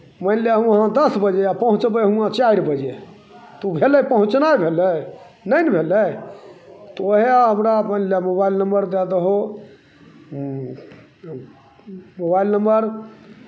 बोलि दए उहाँ दस बजे आ पहुँचबै हुआँ चारि बजे तऽ भेलै ओ पहुँचनाइ भेलै नहि ने भेलै तऽ उएह हमरा बोलि दए मोबाइल नम्बर दए दहो मोबाइल नम्बर